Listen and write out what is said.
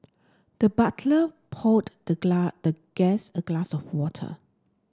the butler poured the the guest a glass of water